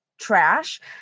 trash